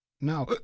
now